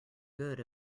good